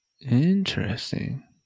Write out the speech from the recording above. interesting